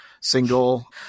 single